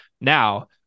Now